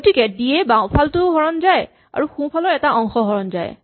গতিকে D A বাওঁফালটো হৰণ যায় আৰু সোঁফালৰ এটা অংশ হৰণ যায়